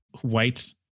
white